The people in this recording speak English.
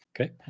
Okay